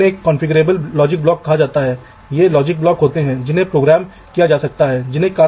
इसलिए कुछ धातु की परतें वे इस ब्लॉक की तरह अलग हो गई हैं मैं दिखा रहा हूं